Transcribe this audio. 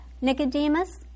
Nicodemus